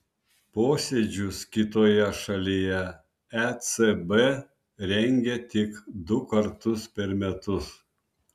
posėdžius kitoje šalyje ecb rengia tik du kartus per metus